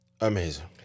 amazing